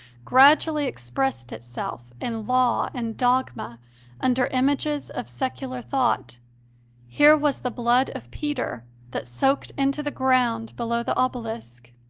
gradually expressed itself in law and dogma under images of secular thought here was the blood of peter, that soaked into the ground below the obelisk,